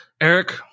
Eric